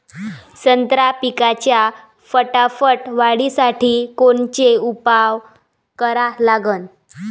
संत्रा पिकाच्या फटाफट वाढीसाठी कोनचे उपाव करा लागन?